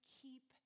keep